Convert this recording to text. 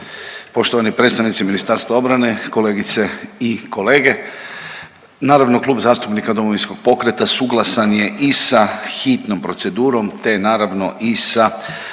Poštovani predstavnici Ministarstva obrane, kolegice i kolege, naravno Klub zastupnika Domovinskog pokreta suglasan je i sa hitnom procedurom, te naravno i sa